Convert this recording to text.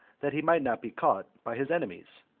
that he might not be caught by his enemies?